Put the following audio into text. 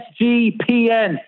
SGPN